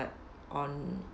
but on